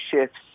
shifts